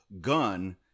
gun